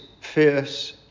fierce